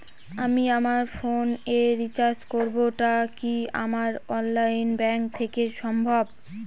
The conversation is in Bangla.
আমি আমার ফোন এ রিচার্জ করব টা কি আমার অনলাইন ব্যাংক থেকেই সম্ভব?